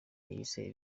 yise